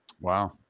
Wow